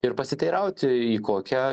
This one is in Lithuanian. ir pasiteirauti į kokią